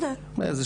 אני הזמנתי,